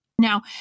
Now